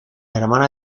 hermana